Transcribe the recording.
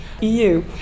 EU